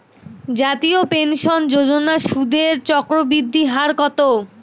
জাতীয় পেনশন যোজনার সুদের চক্রবৃদ্ধি হার কত?